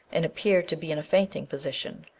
and appeared to be in a fainting position,